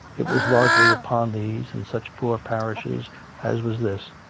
it was largely upon these, in such poor parishes as was this,